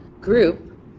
group